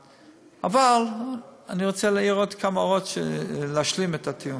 אבל אני רוצה להעיר עוד כמה הערות כדי להשלים את הטיעון.